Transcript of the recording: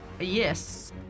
Yes